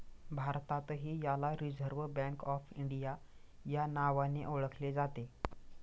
भारतातही याला reserve bank of India या नावाने ओळखले जाते